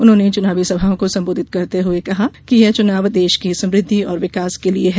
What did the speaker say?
उन्होंने चुनावी सभाओं को संबोधित करते हुये कहा कि यह चुनाव देश की समृद्धि और विकास के लिये है